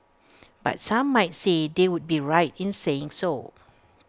but some might say they would be right in saying so